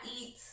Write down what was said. eat